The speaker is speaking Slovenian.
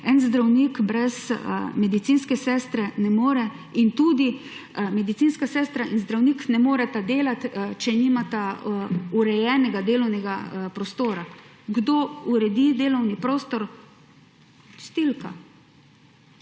en zdravnik brez medicinske sestre ne more ter tudi medicinska sestra in zdravnik ne moreta delati, če nimata urejenega delovnega prostora. Kdo uredi delovni prostor? Čistilka.